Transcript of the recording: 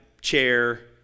chair